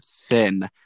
thin